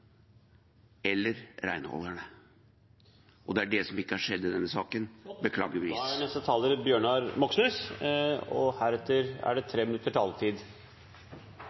eller renholderne. Det er det som ikke har skjedd i denne saken – beklageligvis. De talere som heretter får ordet, har en taletid